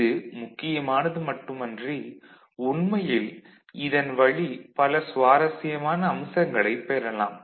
இது முக்கியமானது மட்டுமன்றி உண்மையில் இதன் வழி பல சுவாரஸ்யமான அம்சங்களைப் பெறலாம்